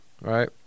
right